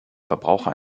verbraucher